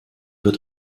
wird